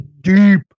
deep